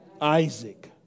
Isaac